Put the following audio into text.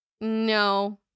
no